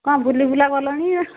କ'ଣ ଭୁଲିଭୁଲା ଗଲଣି